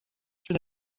چون